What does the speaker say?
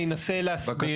אני אנסה להסביר,